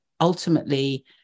ultimately